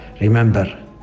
Remember